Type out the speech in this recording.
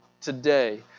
today